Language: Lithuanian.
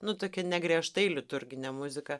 nu tokią ne griežtai liturginę muziką